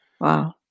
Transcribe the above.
Wow